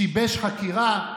שיבש חקירה,